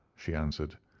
she answered,